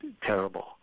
terrible